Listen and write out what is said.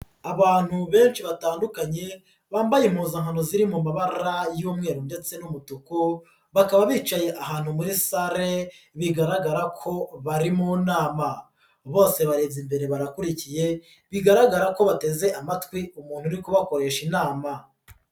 Abantu benshi batandukanye bambaye impuzankanro ziri mu mabara y'umweru ndetse n'umutuku bakaba bicaye ahantu muri sare bigaragara ko bari mu nama, bose barebye imbere barakurikiye bigaragara ko bateze amatwi umuntu uri kubakoresha inama.